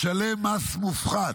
ישלם מס מופחת,